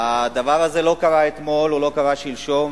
הדבר הזה לא קרה אתמול ולא קרה שלשום,